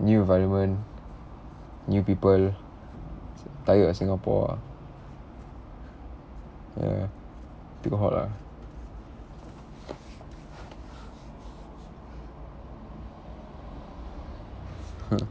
new environment new people tired of singapore ah ya too hot ah hmm